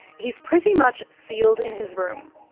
he is pretty much sealed in his room.